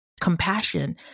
compassion